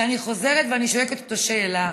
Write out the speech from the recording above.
ואני חוזרת ואני שואלת את השאלה: